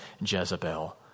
Jezebel